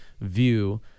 view